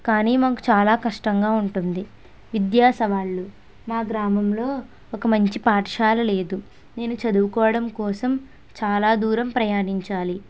కానీ మాకు చాలా కష్టంగా ఉంటుంది విద్యా సవాళ్ళు మా గ్రామంలో ఒక మంచి పాఠశాల లేదు నేను చదువుకోవడం కోసం చాలా దూరం ప్రయాణించాలి